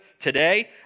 today